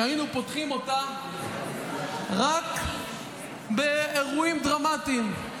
שהיינו פותחים אותה רק באירועים דרמטיים.